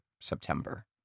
September